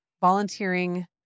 volunteering